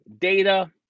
data